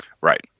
right